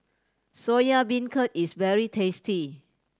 Soya Beancurd is very tasty